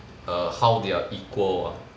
err how they are equal ah